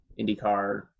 IndyCar